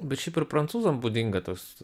bet šiaip ir prancūzam būdinga tas